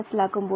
M ആകും